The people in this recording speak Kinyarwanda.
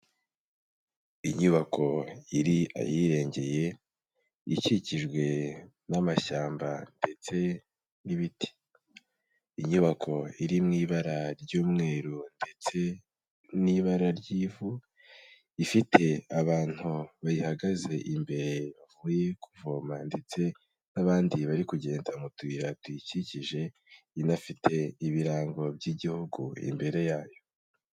Inyubako iri ahirengeye ikikijwe n'amashyamba ndetse n'ibiti. Inyubako iri mu ibara ry'umweru ndetse n'ibara ry'ivu, ifite abantu bayihagaze imbere bavuye kuvoma ndetse n'abandi bari kugenda mu tuyira duyikikije, inafite ibirango by'igihugu imbere yayo.